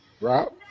Rob